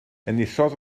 enillodd